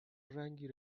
رنگی